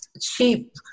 cheap